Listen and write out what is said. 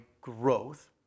growth